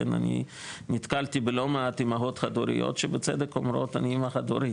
אני נתקלתי בלא מעט אימהות חד הוריות שבצדק אומרות 'אני אימא חד הורית,